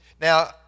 Now